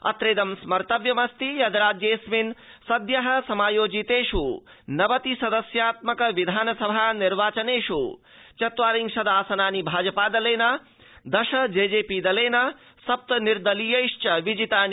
अट्रेदं स्मर्तव्यमस्ति यद राज्येऽस्मिन् सद्यः समायोजितेष् नवति सदस्यात्मक विधानसभा निर्वाचनेष् चत्वारिंशद आसनानि भाजपा दलेन दश जेजेपी दलेन सप्त निर्दलीयैश्व विजितानि